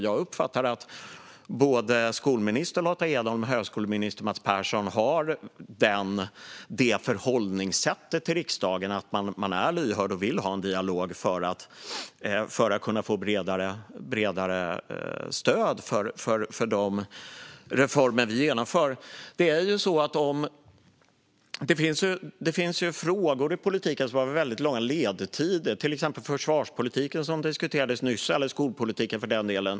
Jag uppfattar att både skolminister Lotta Edholms och högskoleminister Mats Perssons förhållningssätt till riksdagen är lyhört och att man vill ha en dialog för att få bredare stöd för de reformer vi genomför. Det finns frågor i politiken som har väldigt långa ledtider, till exempel försvarspolitiken som diskuterades nyss, eller skolpolitiken för den delen.